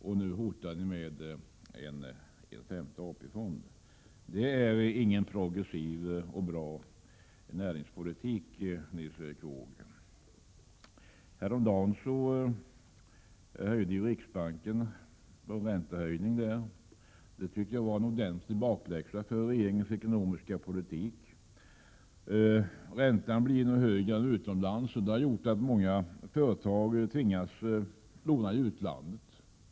Och nu hotar ni med en femte AP-fond. Det är ingen progressiv och bra näringspolitik, Nils Erik Wååg. Häromdagen höjde riksbanken diskontot. Det tycker jag var en ordentlig bakläxa för regeringens ekonomiska politik. Räntan blir nu högre än utomlands, och det har gjort att många företag tvingas låna i utlandet.